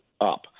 up